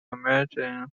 major